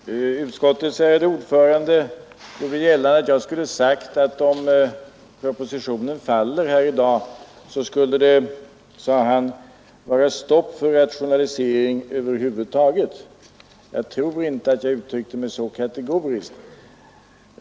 Herr talman! Utskottets ärade ordförande gjorde gällande att jag skulle ha sagt att om propositionen faller här i dag skulle det vara stopp för rationalisering över huvud taget. Jag tror inte att jag uttryckte mig så kategoriskt.